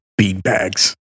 beanbags